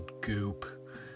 goop